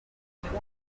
igihe